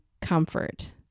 comfort